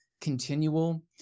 continual